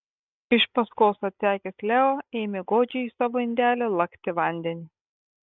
iš paskos atsekęs leo ėmė godžiai iš savo indelio lakti vandenį